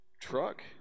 truck